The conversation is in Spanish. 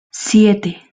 siete